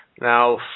Now